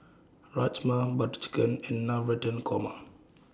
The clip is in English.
Rajma Butter Chicken and Navratan Korma